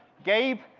gabe,